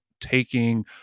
taking